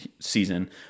season